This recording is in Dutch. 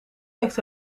heeft